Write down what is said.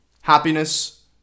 happiness